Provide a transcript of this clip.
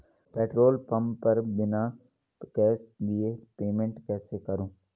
Petrol pump पर बिना cash दिए पेमेंट कैसे करूँ?